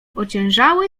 ociężały